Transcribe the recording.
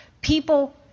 people